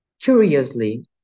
Curiously